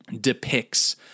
depicts